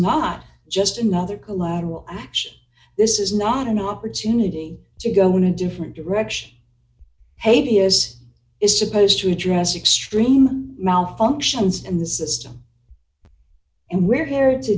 not just another collateral action this is not an opportunity to go in a different direction haiti is is supposed to address extreme malfunctions and the system and we're her